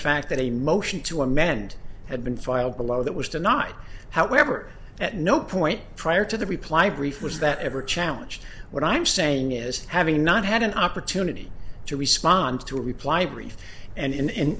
fact that a motion to amend had been filed below that was denied however at no point prior to the reply brief was that ever challenged what i'm saying is having not had an opportunity to respond to a reply brief and in